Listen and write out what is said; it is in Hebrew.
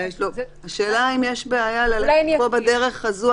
השאלה אם יש בעיה ללכת פה בדרך הזו,